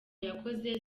yakoze